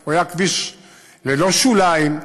הוא היה כביש ללא שוליים,